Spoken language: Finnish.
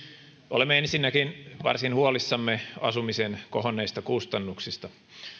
olemme ensinnäkin varsin huolissamme asumisen kohonneista kustannuksista